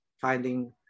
finding